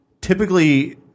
typically